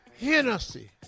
Hennessy